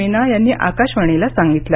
मीना यांनी आकाशवाणीला सांगितलं